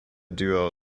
duo